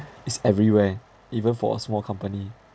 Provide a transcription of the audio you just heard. is everywhere even for a small company